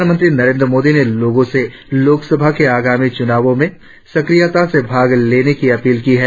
प्रधानमंत्री नरेंद्र मोदी ने लोगों से लोकसभा के आगामी चुनावों में सक्रियता से भाग लेने की अपील की है